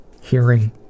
hearing